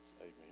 amen